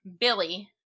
billy